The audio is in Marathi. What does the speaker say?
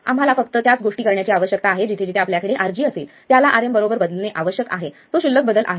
आम्हाला फक्त त्याच गोष्टी करण्याची आवश्यकता आहे जिथे जिथे आपल्याकडे RG असेल त्याला Rm बरोबर बदलणे आवश्यक आहे तो क्षुल्लक बदल आहे